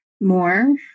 more